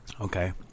Okay